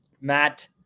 Matt